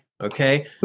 Okay